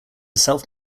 self